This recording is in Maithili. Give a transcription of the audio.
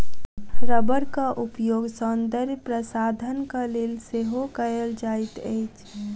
रबड़क उपयोग सौंदर्य प्रशाधनक लेल सेहो कयल जाइत अछि